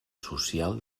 social